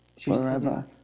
forever